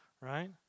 right